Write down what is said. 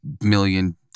million